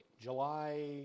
July